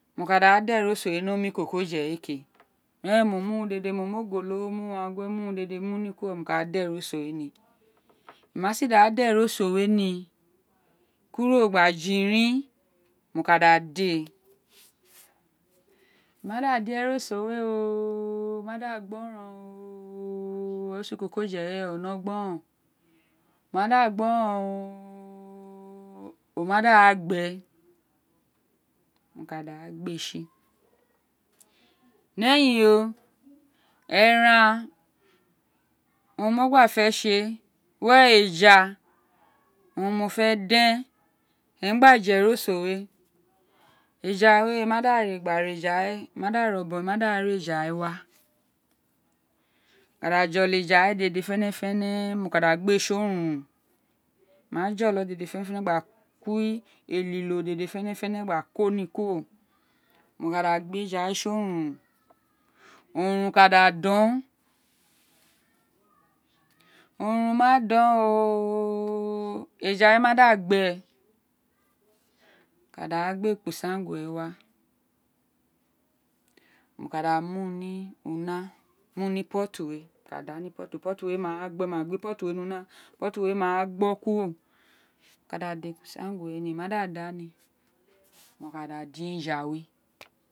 Mo ka da da erroso de we ní omi lko ka die we even mo ms urun dedi mo mr ogolo mr uwanque my uryn dedi munir ke ke má da di â eroso we ooooooo oma da ra da gboron ooooooo eroso ikokaude nó gboron oma da gboron oooooooooo o ma da gbe mo ka da abe est of eyim to eran owun mo gbafe esi éè wers eja oun mo fe den owunmu gba jè eroso we eja we listing de ré gbe re eja we emp ms de obon mo rain ire wa mo los de joto ga we dede fénèfénè mo ka da ghe tsi ni orurun ma joto dédè fénèfénè gba kuwi elilo fénéfene gba ko ní kuro mo ka da gbe eja we tsi orun orurun ka da don orurun ma don oooooo eja we ma da gbe mo ka da gbe ekpo olsengue wẽ wa mo ka da mu ní una mu ní ka da mu ní una mu ní pottr wẽ ma gbẽ wo ma mi pottr we ní ung potti we m̃a gbo kuro mo ka da da ekpo is angnwe we ní ní mó ma da da ní mo ka da eja.